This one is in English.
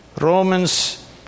Romans